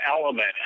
element